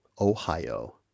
Ohio